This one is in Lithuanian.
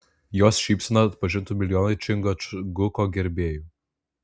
jos šypseną atpažintų milijonai čingačguko gerbėjų